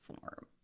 form